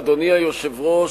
אדוני היושב-ראש,